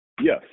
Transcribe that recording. Yes